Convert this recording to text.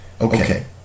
Okay